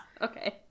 okay